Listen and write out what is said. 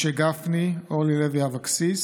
משה גפני, אורלי לוי אבקסיס,